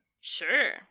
Sure